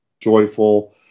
joyful